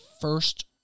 first